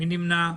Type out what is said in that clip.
מי נמנע?